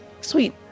Sweet